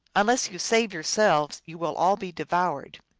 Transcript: unless you save yourselves you will all be devoured.